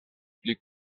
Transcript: pli